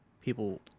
people